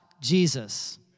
Jesus